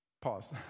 pause